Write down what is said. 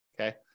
okay